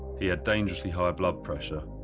he had dangerously high blood pressure,